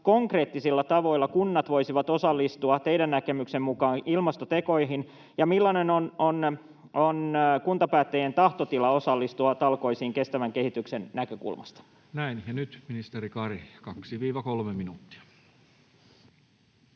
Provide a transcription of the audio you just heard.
konkreettisilla tavoilla kunnat voisivat osallistua teidän näkemyksenne mukaan ilmastotekoihin, ja millainen on kuntapäättäjien tahtotila osallistua talkoisiin kestävän kehityksen näkökulmasta? Näin. — Ja nyt ministeri Kari, 2—3 minuuttia.